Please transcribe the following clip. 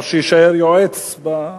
או שיישאר יועץ במקום.